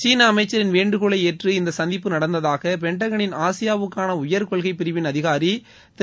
சீன அமைச்சின் வேண்டுகோளை ஏற்று இந்த சந்திப்பு நடந்ததாக பென்டகனின் ஆசியாவுக்கான உயர் கொள்கைப்பிரிவின் அதிகாரி திரு